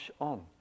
on